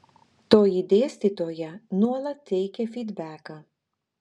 toji dėstytoja nuolat teikia fydbeką